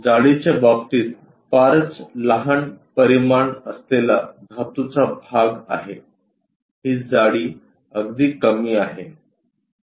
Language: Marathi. जाडीच्या बाबतीत फारच लहान परिमाण असलेला धातूचा भाग आहे ही जाडी अगदी कमी आहे